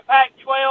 Pac-12